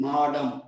Madam